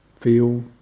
feel